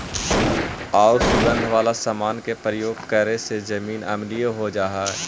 आउ सुगंध वाला समान के प्रयोग करे से जमीन अम्लीय हो जा हई